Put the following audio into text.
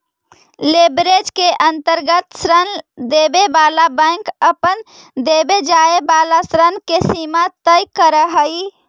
leverage के अंतर्गत ऋण देवे वाला बैंक अपन देवे जाए वाला ऋण के सीमा तय करऽ हई